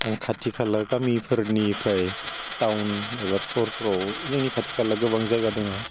आं खाथि खाला गामिफोरनिफ्राय टाउन एबा सहरफोराव जोंनि खाथि खाला गोबां जायगा दङ